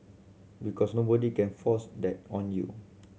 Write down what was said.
because nobody can force that on you